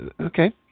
Okay